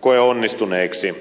koe onnistuneiksi